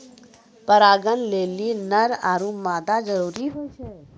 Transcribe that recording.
परागण लेलि नर आरु मादा जरूरी होय छै